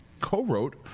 co-wrote